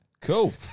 cool